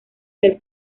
ser